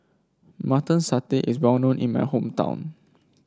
Mutton Satay is well known in my hometown